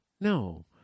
No